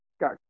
got